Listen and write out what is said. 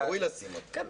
ראוי לשים אותם.